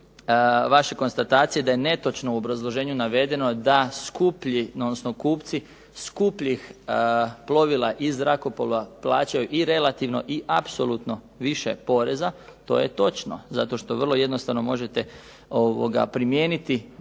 vaše konstatacije da je netočno u obrazloženju navedeno da skuplji, odnosno kupci skupljih plovila i zrakoplova plaćaju i relativno i apsolutno više poreza, to je točno. Zato što vrlo jednostavno možete primijeniti